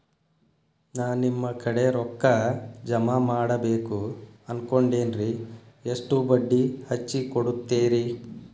ನಾ ನಿಮ್ಮ ಕಡೆ ರೊಕ್ಕ ಜಮಾ ಮಾಡಬೇಕು ಅನ್ಕೊಂಡೆನ್ರಿ, ಎಷ್ಟು ಬಡ್ಡಿ ಹಚ್ಚಿಕೊಡುತ್ತೇರಿ?